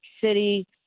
City